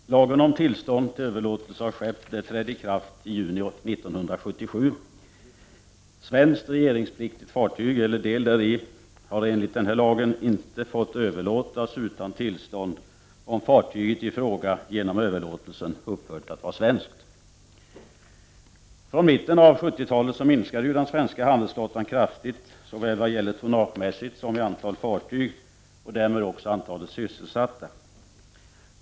Herr talman! Lagen om tillstånd till överlåtelse av skepp trädde i kraft i juni 1977. Svenskt registreringspliktigt fartyg eller del däri har enligt denna lag inte fått överlåtas utan tillstånd om fartyget i fråga genom överlåtelsen upphört att vara svenskt. Från mitten av 1970-talet minskade den svenskflaggade handelsflottan kraftigt såväl tonnagemässigt som till antal fartyg och därmed också till antal sysselsatta.